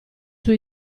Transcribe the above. suo